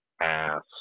ass